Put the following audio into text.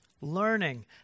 Learning